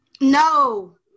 No